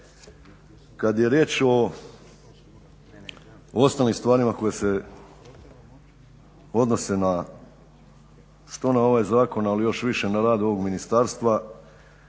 Kad je riječ o ostalim stvarima koje se odnose što na ovaj zakon, ali još više na rad ovog ministarstva,